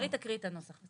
שרית תקריא את הנוסח.